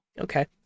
Okay